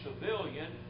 civilian